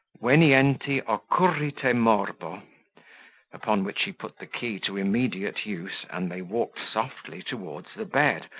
venienti occurrite morbo upon which he put the key to immediate use, and they walked softly towards the bed,